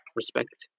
respect